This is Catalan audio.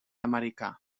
americà